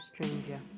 stranger